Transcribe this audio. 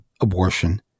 abortion